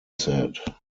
said